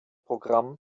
programm